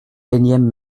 énième